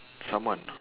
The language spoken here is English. someone